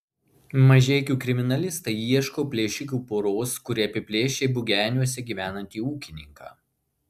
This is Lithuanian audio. mažeikių kriminalistai ieško plėšikų poros kuri apiplėšė bugeniuose gyvenantį ūkininką